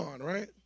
right